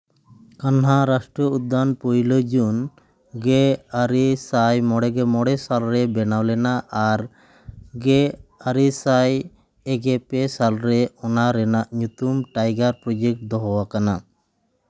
ᱠᱟᱱᱦᱟ ᱨᱟᱥᱴᱨᱤᱭᱚ ᱩᱫᱽᱫᱟᱱ ᱯᱳᱭᱞᱳ ᱡᱩᱱ ᱜᱮ ᱟᱨᱮ ᱥᱟᱭ ᱢᱚᱬᱮ ᱜᱮ ᱢᱚᱬᱮ ᱥᱟᱞ ᱨᱮ ᱵᱮᱱᱟᱣ ᱞᱮᱱᱟ ᱟᱨ ᱜᱮ ᱟᱨᱮ ᱥᱟᱭ ᱯᱮ ᱜᱮ ᱯᱮ ᱥᱟᱞ ᱨᱮ ᱚᱟ ᱨᱮᱱᱟᱜ ᱧᱩᱛᱩᱢ ᱴᱟᱭᱜᱟᱨ ᱯᱨᱚᱡᱮᱠᱴ ᱫᱚᱦᱚ ᱟᱠᱟᱱᱟ